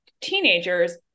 teenagers